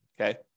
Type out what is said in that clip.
Okay